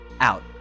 out